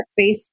Facebook